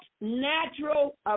natural